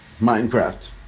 Minecraft